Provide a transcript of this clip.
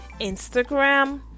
Instagram